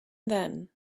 then